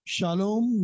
Shalom